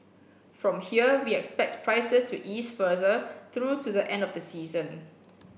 from here we expect prices to ease further through to the end of the season